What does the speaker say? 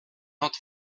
not